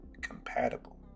compatible